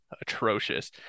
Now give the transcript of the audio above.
atrocious